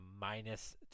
minus